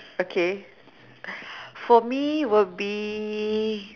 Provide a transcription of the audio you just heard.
okay for me will be